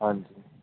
ਹਾਂਜੀ